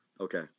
Okay